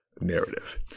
narrative